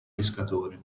pescatore